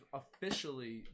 officially